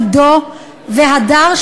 עידו והדר,